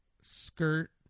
skirt